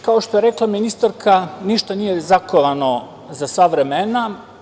Kao što je rekla ministarka, ništa nije zakovano za sva vremena.